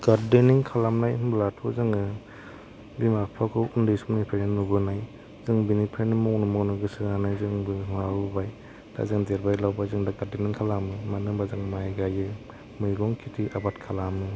गार्देनिं खालामनाय होनब्लाथ' जोङो बिमा फिफाखौ उन्दै समनिफ्रायनो नुबोनाय जों बेनिफ्रायनो मन मन गोसो होनानै जोंबो माबाबोबाय दा जों देरबाय लावबाय जों दा गार्देनिं खालामो मानो होमबा जों माइ गाइयो मैगं खेथि आबाद खालामो